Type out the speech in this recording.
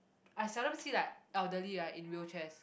I seldom see like elderly right in wheelchairs